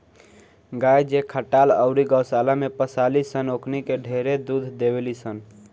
गाय जे खटाल अउरी गौशाला में पोसाली सन ओकनी के ढेरे दूध देवेली सन